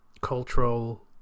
cultural